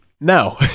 no